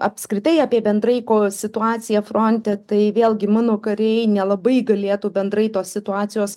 apskritai apie bendrai ko situaciją fronte tai vėlgi mano kariai nelabai galėtų bendrai tos situacijos